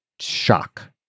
shock